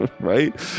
right